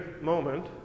moment